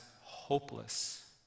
hopeless